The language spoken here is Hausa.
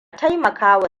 taimakawa